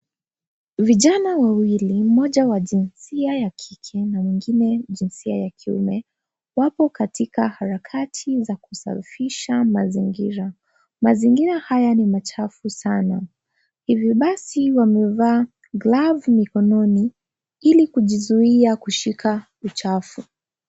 Vijana wawili, moja wa jinsia ya kike na mwingine jinsia ya kiume, wako katika harakati za kusafisha mazingira. Mazingira haya ni machafu sana. Hivyo basi wamevaa glavu mikononi ili kujizuia kushika uchafu.